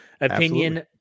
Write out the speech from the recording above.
Opinion